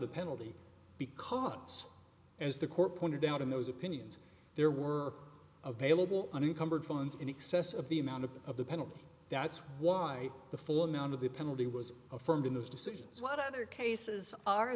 the penalty because as the court pointed out in those opinions there were available and encumbered funds in excess of the amount of of the penalty that's why the full amount of the penalty was affirmed in those decisions what other cases are